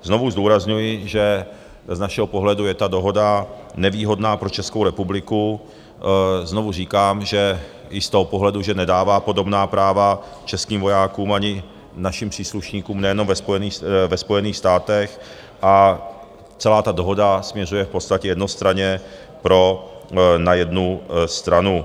Znovu zdůrazňuji, že z našeho pohledu je ta dohoda nevýhodná pro Českou republiku, znovu říkám, že i z toho pohledu, že nedává podobná práva českým vojákům ani našim příslušníkům nejenom ve Spojených státech a celá ta dohoda směřuje v podstatě jednostranně na jednu stranu.